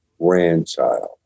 grandchild